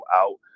out